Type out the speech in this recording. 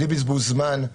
בלי בזבוז זמן,